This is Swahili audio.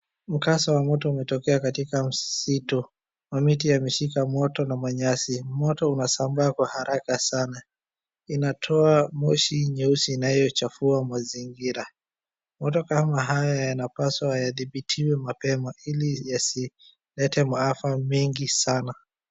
Mkasa wa moto umetokea katika msitu, mamiti yameshika moto na manyasi. Moto unasambaa kwa haraka sana. Inatoa moshi nyeusi inayochafua mazingira. Moto kama haya yanapaswa yadibitiwe mapema ili yasilete maafa mengi sana.